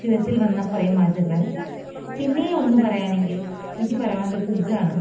ജീവിത്തിൽ വന്ന കുറെ മാറ്റങ്ങൾ പിന്നേയൊന്ന് പറയാണെങ്കിൽ എനിക്ക് പറയാനുള്ളത് ഫ്രഡ്ജാണ്